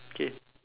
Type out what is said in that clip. okay